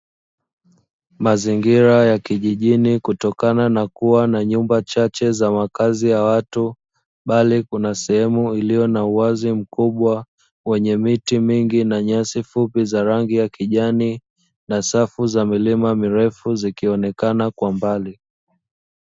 Mazingira ya kijijini kutokana na kuwa na nyumba chache za makazi ya watu bali kuna sehemu iliyo na uwazi mkubwa kwenye miti mingi na nyasi fupi za rangi ya kijani na safu za milima mirefu zikionekana kwa mbali.